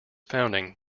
founding